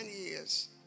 years